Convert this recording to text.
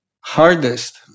hardest